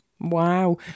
Wow